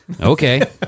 Okay